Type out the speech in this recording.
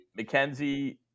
McKenzie